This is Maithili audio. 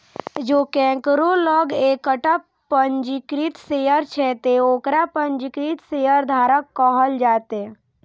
जों केकरो लग एकटा पंजीकृत शेयर छै, ते ओकरा पंजीकृत शेयरधारक कहल जेतै